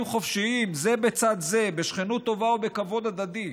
חופשיים זה בצד זה בשכנות טובה ובכבוד הדדי.